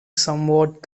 somewhat